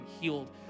healed